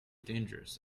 dangerous